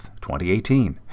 2018